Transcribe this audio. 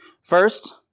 First